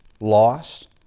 lost